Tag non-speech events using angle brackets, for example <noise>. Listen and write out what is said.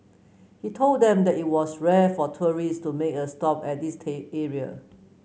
he told them that it was rare for tourist to make a stop at this <unintelligible> area